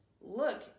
look